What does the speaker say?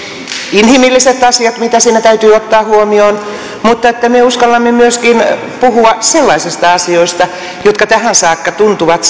inhimilliset asiat mitkä siinä täytyy ottaa huomioon mutta me uskallamme puhua myöskin sellaisista asioista jotka tähän saakka tuntuvat